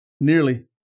nearly